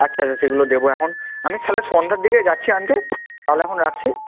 আচ্ছা আচ্ছা সেগুলো দেবো এখন আমি তাহলে সন্ধ্যার দিকেই যাচ্ছি আনতে তাহলে এখন রাখছি